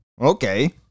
Okay